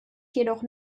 jedoch